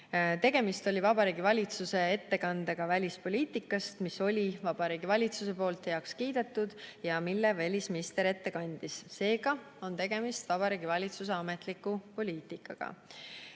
Tegemist oli Vabariigi Valitsuse ettekandega välispoliitikast, mis oli Vabariigi Valitsuse poolt heaks kiidetud ja mille välisminister ette kandis. Seega on tegemist Vabariigi Valitsuse ametliku poliitikaga.